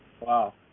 Wow